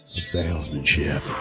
salesmanship